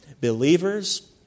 believers